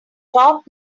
top